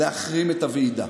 להחרים את הוועידה.